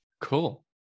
Cool